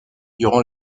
durant